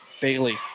Bailey